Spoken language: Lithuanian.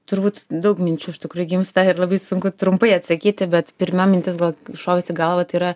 turbūt daug minčių iš tikrųjų gimsta ir labai sunku trumpai atsakyti bet pirma mintis buvo šovusi į galvą tai yra